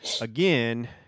again